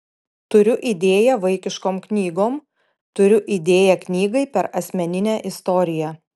turiu idėją vaikiškom knygom turiu idėją knygai per asmeninę istoriją